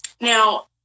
Now